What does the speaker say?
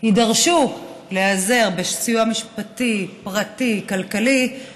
הן יידרשו להיעזר בסיוע משפטי פרטי, כלכלי, רוב